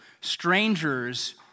strangers